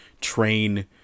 train